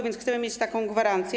Więc chcemy mieć taką gwarancję.